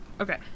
Okay